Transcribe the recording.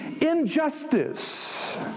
injustice